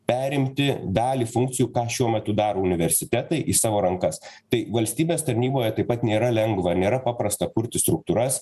perimti dalį funkcijų ką šiuo metu daro universitetai į savo rankas tai valstybės tarnyboje taip pat nėra lengva nėra paprasta kurti struktūras